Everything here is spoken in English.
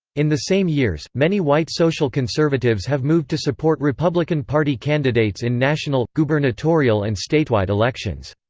in the same years, many white social conservatives have moved to support republican party candidates in national, gubernatorial and statewide elections.